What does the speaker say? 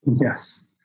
Yes